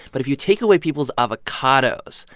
but if you take away people's avocados.